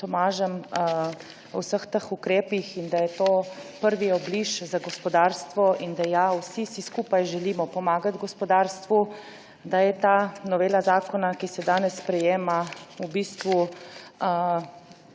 Tomažem o vseh teh ukrepih in da je to prvi obliž za gospodarstvo in da vsi si skupaj želimo pomagati gospodarstvu, da je ta novela zakona, ki se danes sprejema, v bistvu